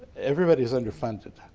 everybody's underfunded.